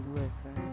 listen